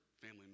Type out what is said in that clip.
family